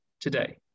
today